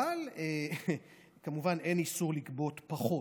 אבל כמובן אין איסור לגבות פחות,